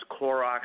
Clorox